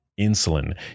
insulin